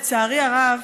לצערי הרב,